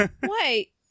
wait